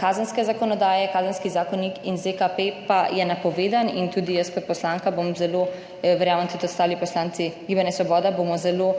kazenske zakonodaje, kazenski zakonik in ZKP pa je napovedan in tudi jaz kot poslanka bom zelo, verjamem, da tudi ostali poslanci, Gibanje Svoboda bomo zelo